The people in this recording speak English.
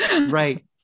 right